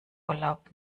urlaub